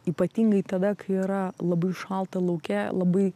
ypatingai tada kai yra labai šalta lauke labai